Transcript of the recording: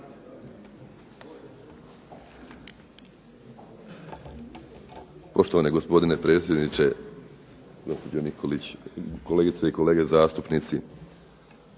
Poštovani gospodine predsjedniče, gospođo Nikolić, kolegice i kolege zastupnici.